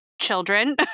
children